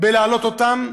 להעלות אותם,